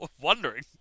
wondering